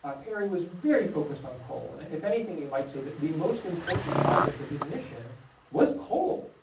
ah perry was very focused on coal, and if anything you might say the the most important object of his mission was coal,